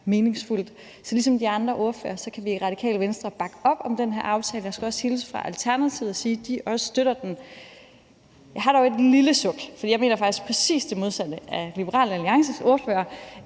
meningsfuldt. Så ligesom de andre ordførere kan jeg sige, at vi i Radikale Venstre kan bakke op om den her aftale, og jeg skulle også hilse fra Alternativet og sige, at de også støtter den. Jeg har dog et lille suk, for jeg mener faktisk præcis det modsatte af Liberal Alliances ordfører.